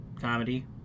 comedy